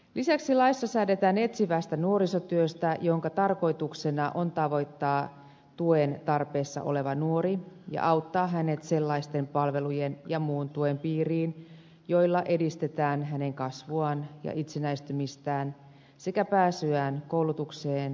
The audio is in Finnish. lisäksi laissa säädetään etsivästä nuorisotyöstä jonka tarkoituksena on tavoittaa tuen tarpeessa oleva nuori ja auttaa hänet sellaisten palvelujen ja muun tuen piiriin joilla edistetään hänen kasvuaan ja itsenäistymistään sekä pääsyään koulutukseen ja työmarkkinoille